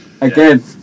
Again